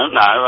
no